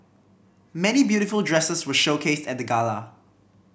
many beautiful dresses were showcased at the gala